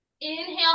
Inhale